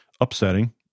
upsetting